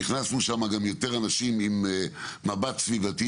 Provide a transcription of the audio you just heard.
ושיהיו שם יותר אנשים עם מבט סביבתי